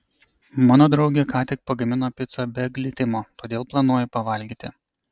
mano draugė ką tik pagamino picą be glitimo todėl planuoju pavalgyti